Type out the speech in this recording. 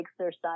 exercise